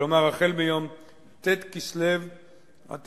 כלומר החל מיום ט' בכסלו התש"ע,